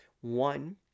One